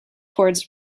toward